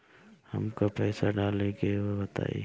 हमका पइसा डाले के बा बताई